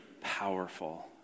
powerful